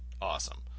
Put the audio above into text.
awesome